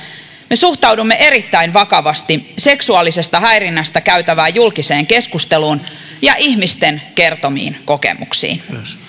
me suhtaudumme erittäin vakavasti seksuaalisesta häirinnästä käytävään julkiseen keskusteluun ja ihmisten kertomiin kokemuksiin